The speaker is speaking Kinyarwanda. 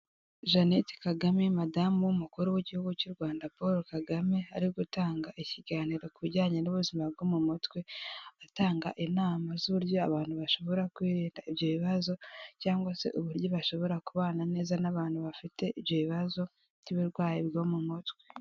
Jeannette Kagame madamu w'umukuru w'igihugu cy'u Rwanda Paul Kagame, ari gutanga ikiganiro ku bijyanye n'ubuzima bwo mu mutwe, atanga inama z'uburyo abantu bashobora kwirinda ibyo bibazo cyangwa se uburyo bashobora kubana neza n'abantu bafite ibyo bibazo by'uburwayi bwo mu mutwe.